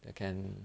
that can